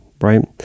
right